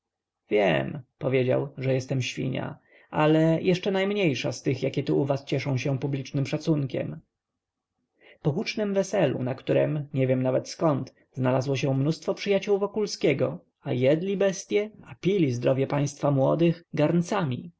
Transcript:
wiem powiedział że jestem świnia ale jeszcze najmniejsza z tych jakie tu u was cieszą się publicznym szacunkiem po hucznem weselu na którem nie wiem nawet zkąd znalazło się mnóstwo przyjaciół wokulskiego a jedli bestye a pili zdrowie państwa młodych